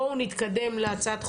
בואו נתקדם להצעת החוק,